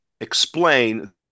explain